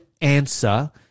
answer